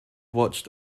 watched